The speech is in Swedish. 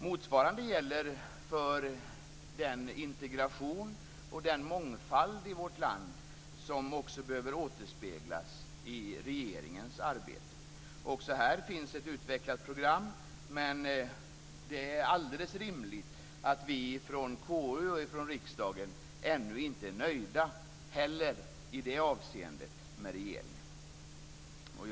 Motsvarande gäller för den integration och den mångfald i vårt land som också behöver återspeglas i regeringens arbete. Också här finns ett utvecklat program, men det är alldeles rimligt att vi i KU och riksdagen ännu inte heller är nöjda med regeringen i det avseendet.